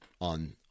on